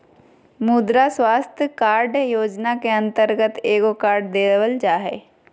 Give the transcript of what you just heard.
मुद्रा स्वास्थ कार्ड योजना के अंतर्गत एगो कार्ड देल जा हइ